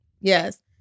yes